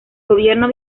gobierno